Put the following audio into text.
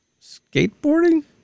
Skateboarding